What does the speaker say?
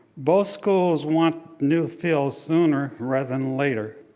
both schools want new fields sooner rather than later.